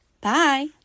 Bye